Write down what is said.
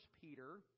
Peter